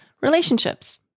Relationships